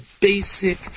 basic